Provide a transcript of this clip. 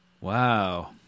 Wow